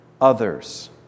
others